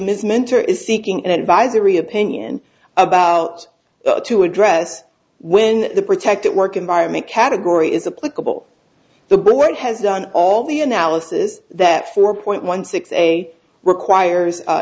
ms mentor is seeking an advisory opinion about to address when the protected work environment category is a political the board has done all the analysis that four point one six say requires